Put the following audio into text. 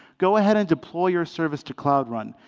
go ahead and deploy your service to cloud run.